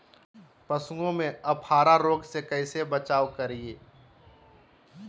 पशुओं में अफारा रोग से कैसे बचाव करिये?